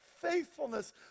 faithfulness